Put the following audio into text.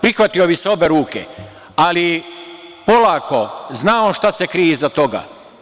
Prihvatio bi sa obe ruke, ali polako, zna on šta se krije iza toga.